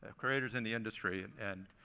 ah creators in the industry and and